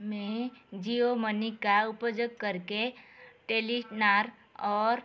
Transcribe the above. मैं जियो मनी का उपयोग करके टेलीनार और